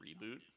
reboot